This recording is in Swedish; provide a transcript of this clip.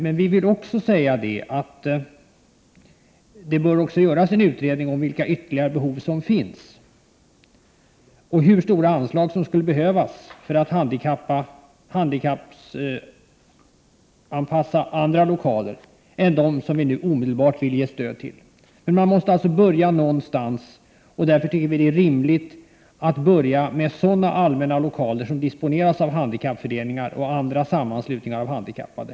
Men det bör också göras en utredning om vilka ytterligare behov som finns och hur stora anslag som skulle behövas för att handikappanpassa andra lokaler än de som vi nu omedelbart vill ge stöd till. Man måste alltså börja någonstans, och vi tycker att det är rimligt att börja med sådana allmänna lokaler som disponeras av handikappföreningar och andra sammanslutningar av handikappade.